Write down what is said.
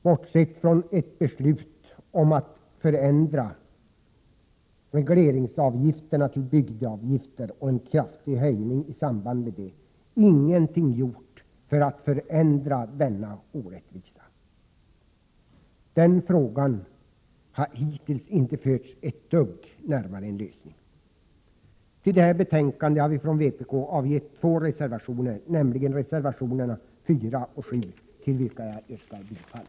Bortsett från en förändring av regleringsavgifterna till bygdeavgifter och en kraftig höjning av avgifterna i samband med detta, har riksdagen sedan dess inte gjort någonting för att förändra denna orättvisa. Skattefrågan har hittills inte förts ett steg närmare sin lösning. Till detta betänkande har vi i vpk avgivit två reservation, nämligen reservationerna 4 och 7, till vilka jag yrkar bifall.